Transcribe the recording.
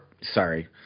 sorry